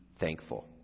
thankful